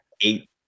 eight